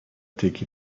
take